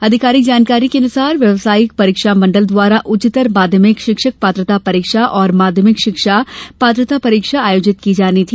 आधिकारिक जानकारी के अनुसार व्यवसायिक परीक्षा मंडल द्वारा उच्चतर माध्यमिक शिक्षक पात्रता परीक्षा और माध्यमिक शिक्षा पात्रता परीक्षा आयोजित की जानी थी